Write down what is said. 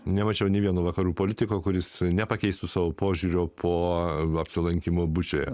nemačiau nė vieno vakarų politiko kuris nepakeis savo požiūrio po apsilankymo bučoje